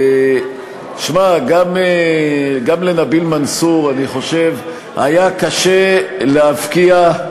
שמע, גם לנביל מנסור, אני חושב, היה קשה להבקיע,